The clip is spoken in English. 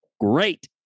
Great